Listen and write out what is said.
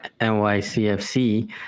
NYCFC